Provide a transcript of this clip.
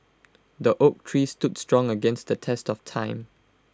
the oak tree stood strong against the test of time